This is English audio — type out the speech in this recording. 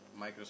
Microsoft